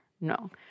No